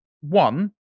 one